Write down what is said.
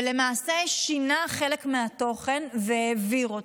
שינה חלק מהתוכן והעביר אותו.